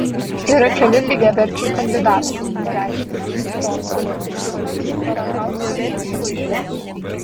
yra keli lygiaverčiai kandidatai tereškinas stonkus žiukas baranauskas šuika